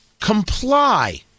comply